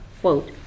quote